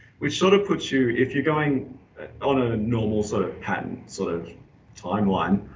which sort of puts you, if you're going on a normal sort of patent sort of timeline,